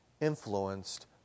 influenced